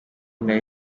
nari